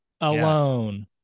alone